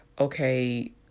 okay